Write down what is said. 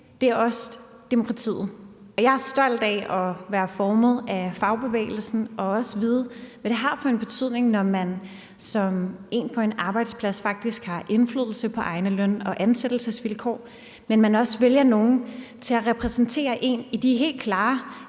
handler om demokratiet. Jeg er stolt af at være formet af fagbevægelsen og også at vide, hvad det har af betydning, at man på en arbejdsplads faktisk har indflydelse på egne løn- og ansættelsesvilkår, men det handler også om, at der vælges nogen til at repræsentere en i de helt klare